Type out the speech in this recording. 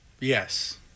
Yes